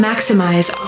Maximize